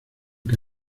que